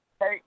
Hey